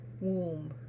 womb